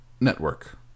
network